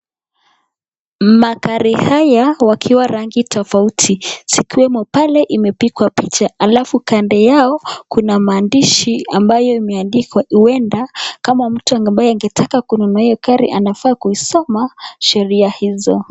Magari haya wakiwa rangi tofauti, zikiwemo pale zimepigwa picha alafu kando yao kuna maandishi ambayo imeandikwa uenda, kama mtu ambaye anataka kununua hiyo gari anafaa kuisoma sheria hizo.